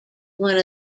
one